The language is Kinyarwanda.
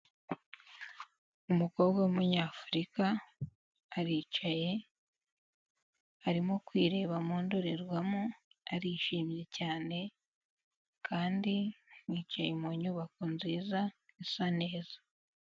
Umukobwa w'Umunyafurika aricaye, arimo kwireba mu ndorerwamo arishimye cyane kandi yicaye mu nyubako nziza isa neza.